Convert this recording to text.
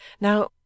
Now